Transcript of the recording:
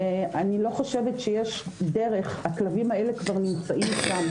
אני לא חושבת שיש דרך, הכלבים האלה כבר נמצאים שם.